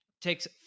takes